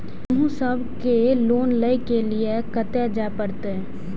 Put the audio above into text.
हमू सब के लोन ले के लीऐ कते जा परतें?